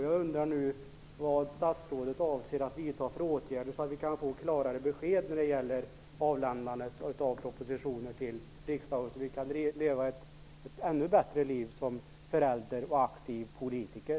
Jag undrar nu vilka åtgärder statsrådet avser att vidta så att vi kan få klarare besked när det gäller avlämnandet av propositioner till riksdagen och vi därmed kan leva ett ännu bättre liv som föräldrar och aktiva politiker.